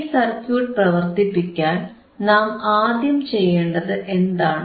ഈ സർക്യൂട്ട് പ്രവർത്തിപ്പിക്കാൻ നാം ആദ്യം ചെയ്യേണ്ടത് എന്താണ്